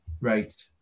right